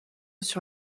sur